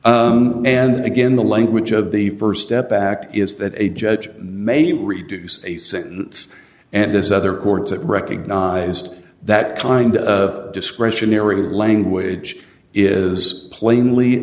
and again the language of the st step back is that a judge may reduce a sentence and as other courts that recognized that kind of discretionary language is plainly